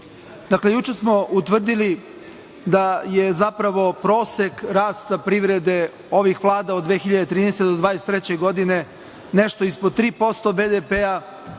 juče smo utvrdili da je zapravo prosek rasta privrede ovih vlada od 2013. do 2023. godine nešto ispod 3% BDP,